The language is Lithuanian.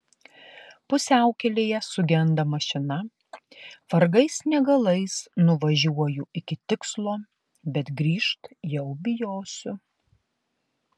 pusiaukelėje sugenda mašina vargais negalais nuvažiuoju iki tikslo bet grįžt jau bijosiu